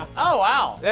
oh, wow.